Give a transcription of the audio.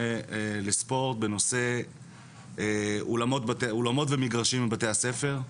לספורט בנושא אולמות ומגרשים בבתי הספר.